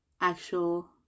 actual